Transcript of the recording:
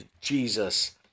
Jesus